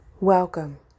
Welcome